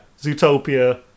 Zootopia